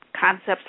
concepts